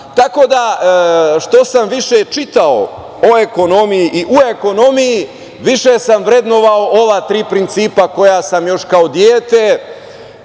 da, što sam više čitao o ekonomiji i u ekonomiji, više sam vrednovao ova tri principa koja sam još kao dete